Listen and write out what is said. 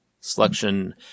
selection